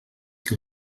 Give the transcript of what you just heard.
que